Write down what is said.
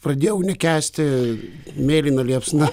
pradėjau nekęsti mėlyna liepsna